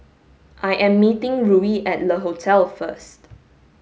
I am meeting Ruie at Le Hotel first